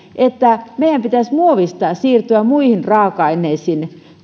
että meidän pitäisi muovista siirtyä muihin raaka aineisiin